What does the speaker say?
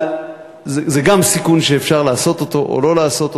זה גם סיכון שאפשר לעשות אותו או לא לעשות אותו,